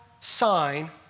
sign